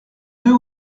deux